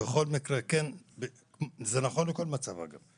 בכל מקרה, נכון שזה יהיה הוראת שעה,